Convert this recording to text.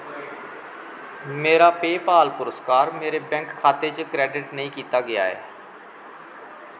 मेरा पेऽपाल पुरस्कार मेरे बैंक खाते च क्रैडिट नेईं कीता गेआ ऐ